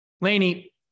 Laney